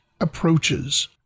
approaches